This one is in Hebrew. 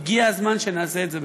הגיע הזמן שנעשה את זה,